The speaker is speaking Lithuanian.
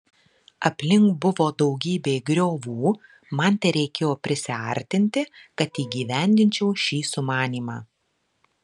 aplink buvo daugybė griovų man tereikėjo prisiartinti kad įgyvendinčiau šį sumanymą